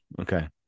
Okay